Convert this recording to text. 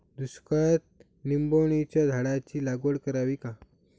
दुष्काळात निंबोणीच्या झाडाची लागवड करावी का?